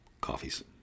coffees